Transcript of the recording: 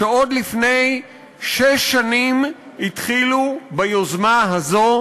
שעוד לפני שש שנים התחילו ביוזמה הזו,